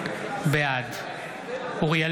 בעד אוריאל